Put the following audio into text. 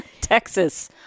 Texas